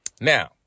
Now